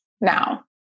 now